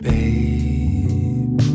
Babe